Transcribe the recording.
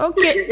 Okay